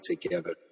together